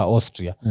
Austria